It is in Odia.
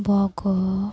ବଗ